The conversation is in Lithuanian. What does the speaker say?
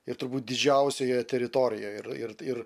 ir turbūt didžiausioje teritorijoje ir ir ir